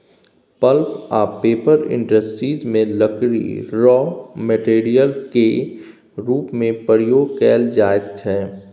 pulp आ paper industry मे लकड़ी राँ मेटेरियल केर रुप मे प्रयोग कएल जाइत छै